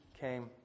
came